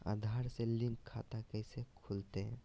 आधार से लिंक खाता कैसे खुलते?